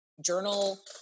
journal